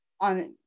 on